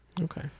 Okay